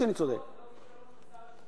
צודק במאה אחוז.